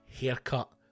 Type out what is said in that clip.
haircut